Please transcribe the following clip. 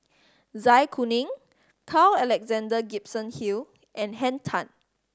Zai Kuning Carl Alexander Gibson Hill and Henn Tan